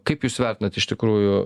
kaip jūs vertinat iš tikrųjų